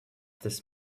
this